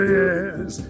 yes